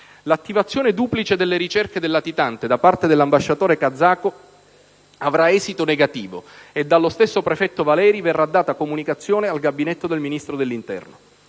L'attivazione duplice delle ricerche del latitante da parte dell'ambasciatore kazako avrà esito negativo e dallo stesso prefetto Valeri verrà data comunicazione al Gabinetto del Ministro dell'interno.